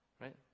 Right